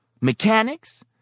Mechanics